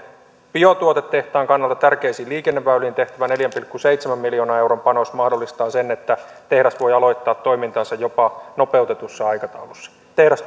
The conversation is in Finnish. biotuotetehtaan kannalta tärkeisiin liikenneväyliin tehtävä neljän pilkku seitsemän miljoonan euron panos mahdollistaa sen että tehdas voi aloittaa toimintansa jopa nopeutetussa aikataulussa tehdas